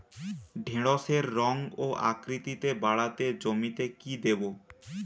ঢেঁড়সের রং ও আকৃতিতে বাড়াতে জমিতে কি দেবো?